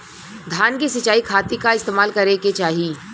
धान के सिंचाई खाती का इस्तेमाल करे के चाही?